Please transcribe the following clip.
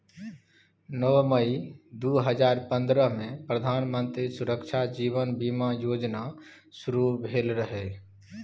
नौ मई दु हजार पंद्रहमे प्रधानमंत्री सुरक्षा जीबन बीमा योजना शुरू भेल रहय